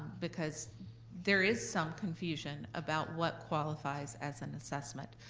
because there is some confusion about what qualifies as an assessment.